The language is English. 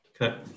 Okay